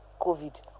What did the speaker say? COVID